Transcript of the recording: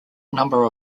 number